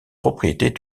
propriétés